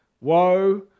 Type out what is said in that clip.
woe